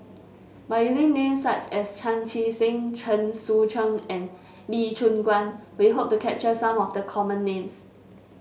by using names such as Chan Chee Seng Chen Sucheng and Lee Choon Guan we hope to capture some of the common names